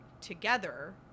together